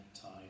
time